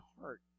heart